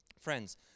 Friends